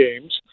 games